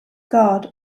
guard